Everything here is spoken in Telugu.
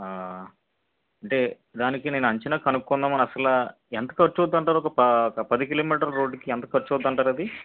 అంటే దానికి నేను అంచనా కనుక్కుందామని అసలు ఎంత ఖర్చు అవుతుంది అంటారు ఒక పా పది కిలోమీటర్ల రోడ్డుకి ఎంత ఖర్చు అవుతుంది అంటారు అది